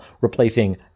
replacing